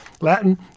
Latin